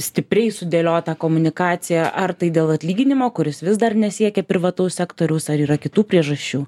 stipriai sudėliota komunikacija ar tai dėl atlyginimo kuris vis dar nesiekia privataus sektoriaus ar yra kitų priežasčių